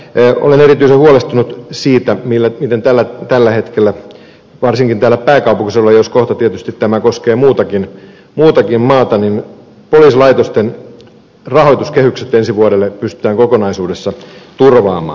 olen erityisen huolestunut siitä miten tällä hetkellä varsinkin täällä pääkaupunkisedulla jos kohta tietysti tämä koskee muutakin maata poliisilaitosten rahoituskehykset ensi vuodelle pystytään kokonaisuudessa turvaamaan